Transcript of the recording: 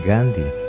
Gandhi